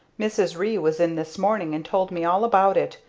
mrs. ree was in this morning and told me all about it.